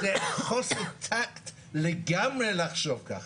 היום הוא לא יוכל כי אם יש תעודת כשרות